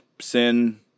sin